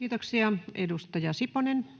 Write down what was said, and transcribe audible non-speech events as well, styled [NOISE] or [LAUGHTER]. [NOISE] [Speech